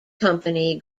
company